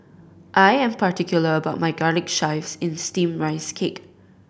I am particular about my garlic chives in Steamed Rice Cake